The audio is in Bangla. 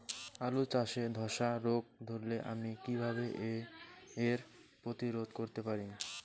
আলু চাষে ধসা রোগ ধরলে আমি কীভাবে এর প্রতিরোধ করতে পারি?